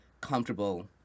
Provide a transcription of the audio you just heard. comfortable